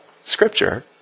scripture